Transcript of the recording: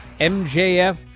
MJF